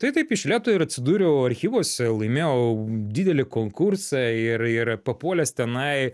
tai taip iš lėto ir atsidūriau archyvuose laimėjau didelį konkursą ir ir papuolęs tenai